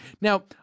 Now